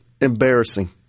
embarrassing